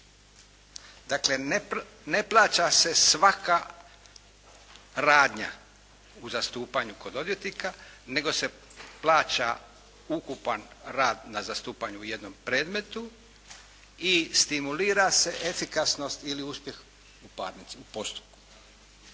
Dakle ne plaća se svaka radnja u zastupanju kod odvjetnika nego se plaća ukupan rad na zastupanju u jednom predmetu i stimulira se efikasnost ili uspjeh u parnici,